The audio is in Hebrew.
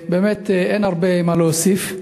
באמת, אין הרבה מה להוסיף.